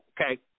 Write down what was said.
okay